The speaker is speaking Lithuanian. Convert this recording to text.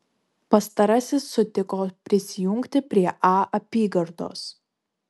pastarasis sutiko prisijungti prie a apygardos